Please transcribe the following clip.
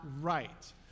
right